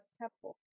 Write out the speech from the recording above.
temple